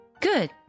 Good